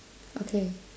okay